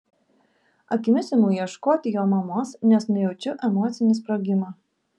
akimis imu ieškoti jo mamos nes nujaučiu emocinį sprogimą